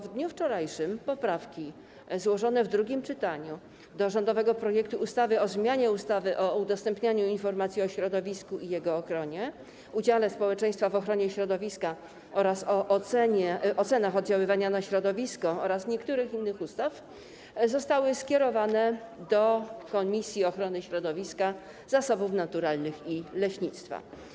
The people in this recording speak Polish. Wczoraj poprawki złożone w drugim czytaniu do rządowego projektu ustawy o zmianie ustawy o udostępnianiu informacji o środowisku i jego ochronie, udziale społeczeństwa w ochronie środowiska oraz o ocenach oddziaływania na środowisko oraz niektórych innych ustaw zostały skierowane do Komisji Ochrony Środowiska, Zasobów Naturalnych i Leśnictwa.